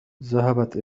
ذهبت